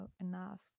enough